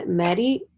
maddie